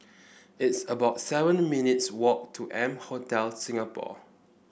it's about seven minutes' walk to M Hotel Singapore